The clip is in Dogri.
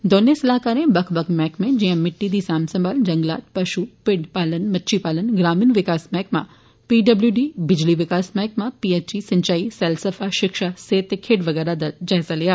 दौनें सलाहकारें बक्ख बक्ख मैहकमें जियां मिट्टी दी सांभ संभाल जंगलात पषु भिड्ड पालन मच्छी पालन ग्रामीण विकास मैहकमा पीडब्ल्यूडी बिजली विकास मैहकमा पीएचई सिंचाई सैलसफा षिक्षा सेहत ते खेड्ड वगैरा दा जायजा लैता